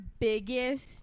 biggest